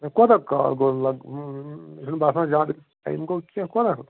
مےٚ کوتاہ کال گوٚو لگ مےٚ چھُنہٕ باسان زیادٕ ٹایِم گوٚو کیٚنٛہہ کوتاہ